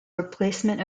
replacement